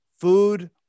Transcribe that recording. food